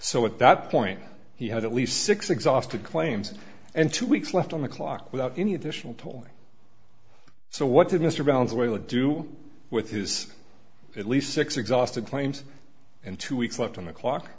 so at that point he had at least six exhausted claims and two weeks left on the clock without any additional tolling so what did mr bounce away to do with his at least six exhausted claims and two weeks left on the clock